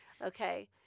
Okay